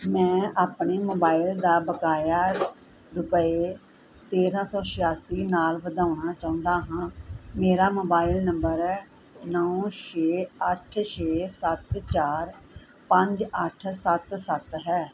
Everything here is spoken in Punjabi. ਮੈਂ ਆਪਣੇ ਮੋਬਾਇਲ ਦਾ ਬਕਾਇਆ ਰੁਪਏ ਤੇਰਾਂ ਸੌ ਛਿਆਸੀ ਨਾਲ ਵਧਾਉਣਾ ਚਾਹੁੰਦਾ ਹਾਂ ਮੇਰਾ ਮੋਬਾਇਲ ਨੰਬਰ ਨੌਂ ਛੇ ਅੱਠ ਛੇ ਸੱਤ ਚਾਰ ਪੰਜ ਅੱਠ ਸੱਤ ਸੱਤ ਹੈ